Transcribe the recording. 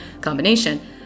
combination